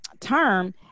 term